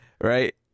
Right